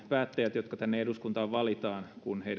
päättäjien jotka tänne eduskuntaan valitaan